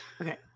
okay